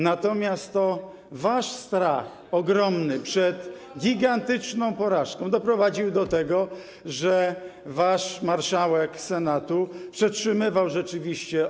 Natomiast to wasz strach ogromny przed gigantyczną porażką doprowadził do tego, że wasz marszałek Senatu przetrzymywał rzeczywiście.